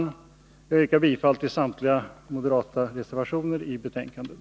Jag yrkar bifall till samtliga moderata reservationer i betänkandet.